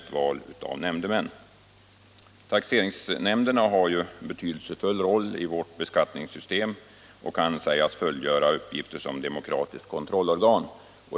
Taxeringsnämnderna har en betydelsefull roll i vårt beskattningssystem och kan sägas fullgöra uppgifter som demokratiskt kontrollorgan.